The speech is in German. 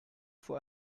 vor